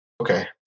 Okay